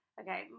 okay